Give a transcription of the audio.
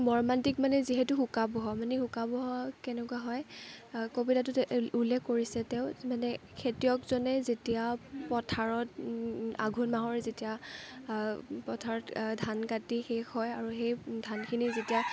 মৰ্মান্তিক মানে যিহেতু শোকাৱহ মানে শোকাৱহ কেনেকুৱা হয় কবিতাটোত উল্লেখ কৰিছে তেওঁ মানে খেতিয়কজনে যেতিয়া পথাৰত আঘোন মাহৰ যেতিয়া পথাৰত ধান কাটি শেষ হয় আৰু সেই ধানখিনি যেতিয়া